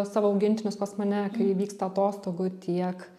savo augintinius pas mane kai vyksta atostogų tiek